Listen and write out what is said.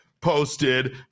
posted